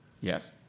Yes